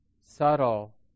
subtle